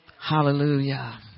Hallelujah